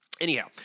Anyhow